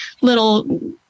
little